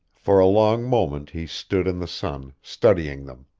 for a long moment he stood in the sun, studying them